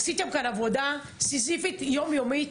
עשיתם כאן עבודה סיזיפית יום-יומית.